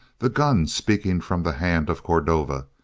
the gun speaking from the hand of cordova,